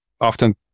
often